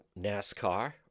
NASCAR